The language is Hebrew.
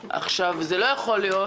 עכשיו, זה לא יכול להיות